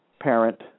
parent